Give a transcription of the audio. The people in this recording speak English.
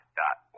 dot